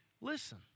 listen